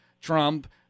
Trump